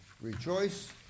Rejoice